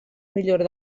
millora